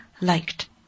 liked